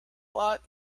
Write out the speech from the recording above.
lot